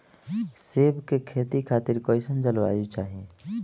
सेब के खेती खातिर कइसन जलवायु चाही?